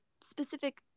specific